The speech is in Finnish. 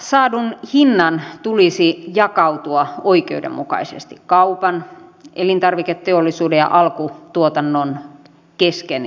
ruuasta saadun hinnan tulisi jakautua oikeudenmukaisesti kaupan elintarviketeollisuuden ja alkutuotannon kesken